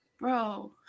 Bro